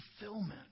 fulfillment